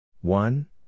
one